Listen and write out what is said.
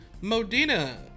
modena